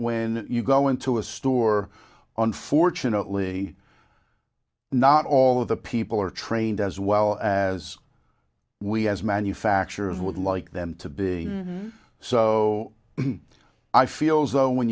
when you go into a store on fortunately not all of the people are trained as well as we as manufacturers would like them to be so i feel as though when